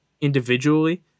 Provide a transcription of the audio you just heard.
individually